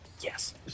Yes